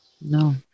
no